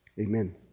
Amen